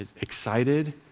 excited